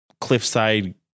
cliffside